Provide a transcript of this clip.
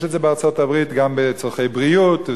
זה ישנו בארצות-הברית גם לצורכי בריאות,